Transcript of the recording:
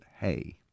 hey